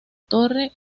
torre